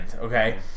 okay